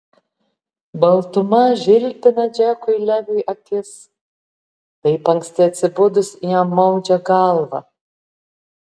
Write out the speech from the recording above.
baltuma žilpina džekui leviui akis taip anksti atsibudus jam maudžia galvą